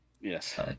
Yes